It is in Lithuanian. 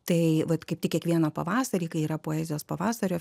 tai vat kaip tik kiekvieną pavasarį kai yra poezijos pavasario